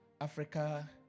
Africa